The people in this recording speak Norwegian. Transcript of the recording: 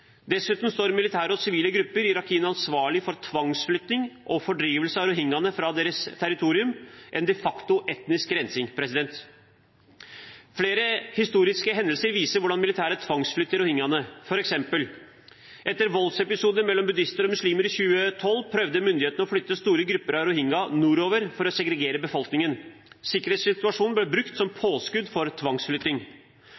Dessuten står militæret og sivile grupper i Rakhine ansvarlige for tvangsflytting og fordrivelse av rohingyaene fra deres territorium – en de facto etnisk rensing. Flere historiske hendelser viser hvordan militæret tvangsflytter rohingyaene, f.eks.: Etter voldsepisoder mellom buddhister og muslimer i 2012 prøvde myndighetene å flytte store grupper av rohingyaer nordover for å segregere befolkningen. Sikkerhetssituasjonen ble brukt som